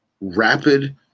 rapid